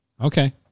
Okay